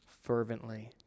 fervently